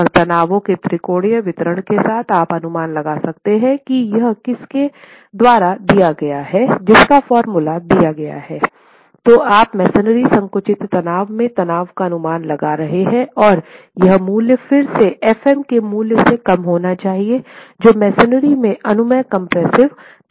और तनावों के त्रिकोणीय वितरण के साथ आप अनुमान लगा सकते हैं कि यह किसके द्वारा दिया गया है तो आप मसोनरी संकुचित तनाव में तनाव का अनुमान लगा रहे हैं और यह मूल्य फिर से f m के मूल्य से कम होना चाहिए जो मसोनरी में अनुमेय कंप्रेसिव तनाव हैं